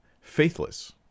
faithless